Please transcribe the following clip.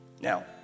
Now